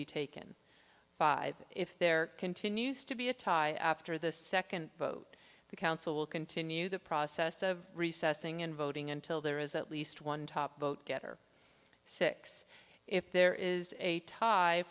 be taken five if there continues to be a tie after the second vote the council will continue the process of recessing in voting until there is at least one top vote getter six if there is a tie